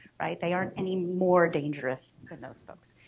they aren't any more dangerous than those folks.